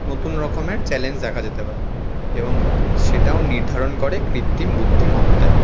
নতুন রকমের চ্যালেঞ্জ দেখা যেতে পারে এবং সেটাও নির্ধারণ করে কৃত্রিম বুদ্ধিমত্তাই